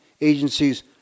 agencies